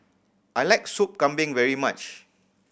I like Sop Kambing very much